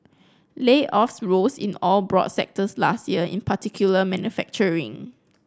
layoffs rose in all broad sectors last year in particular manufacturing